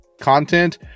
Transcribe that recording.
content